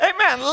Amen